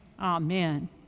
amen